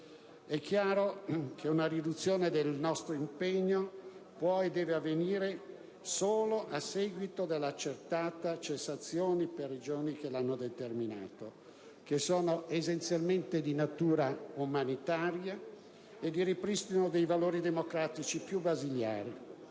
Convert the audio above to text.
È chiaro che una riduzione del nostro impegno può e deve avvenire solo a seguito dell'accertata cessazione delle ragioni che lo hanno determinato, e che sono essenzialmente di natura umanitaria e di ripristino dei valori democratici più basilari.